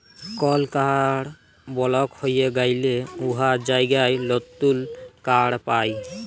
call card block হঁয়ে গ্যালে উয়ার জায়গায় লতুল কাড় পায়